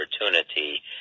opportunity